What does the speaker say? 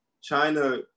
china